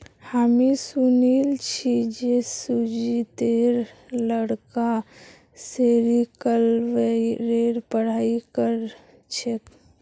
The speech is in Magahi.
हामी सुनिल छि जे सुजीतेर लड़का सेरीकल्चरेर पढ़ाई कर छेक